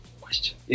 Question